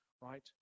right